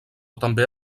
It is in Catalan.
també